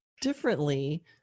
differently